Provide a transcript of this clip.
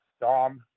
dom